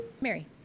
Mary